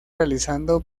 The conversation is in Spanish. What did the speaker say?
realizando